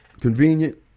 convenient